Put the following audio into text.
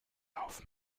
auf